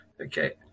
Okay